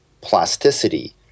plasticity